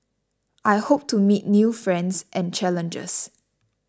I hope to meet new friends and challenges